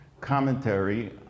commentary